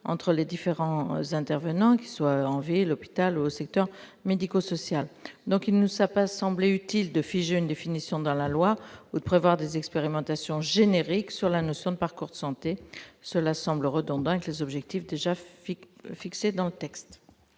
entre les différents intervenants, qu'ils exercent en ville, en hôpital ou dans le secteur médico-social. Il ne nous a donc pas paru utile de figer une définition dans la loi ou de prévoir des expérimentations « génériques » sur la notion de parcours de santé. Cela semble redondant avec les objectifs déjà fixés dans le texte.